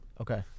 Okay